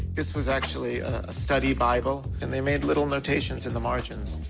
this was actually a study bible. and they made little notations in the margins.